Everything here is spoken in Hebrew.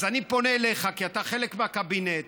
אז אני פונה אליך, כי אתה חלק מהקבינט